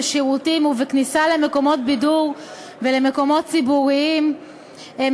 בשירותים ובכניסה למקומות בידור ולמקומות ציבוריים (תיקון,